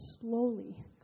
slowly